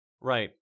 Right